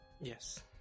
Yes